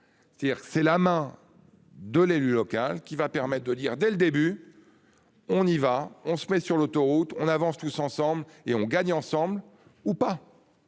c'est la main. De l'élu local qui va permettre de dire dès le début. On y va, on se met sur l'autoroute, on avance tous ensemble et on gagne ensemble ou pas.